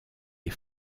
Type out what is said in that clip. les